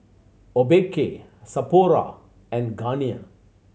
Obike Sapporo and Garnier